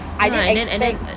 I don't expect